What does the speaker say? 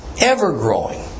ever-growing